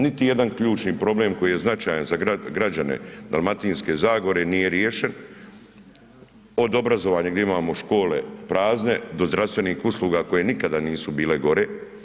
Niti jedan ključni problem koji je značajan za građane Dalmatinske zagore nije riješen, od obrazovanja gdje imamo škole prazne, do zdravstvenih usluga koje nikada nisu bile gore.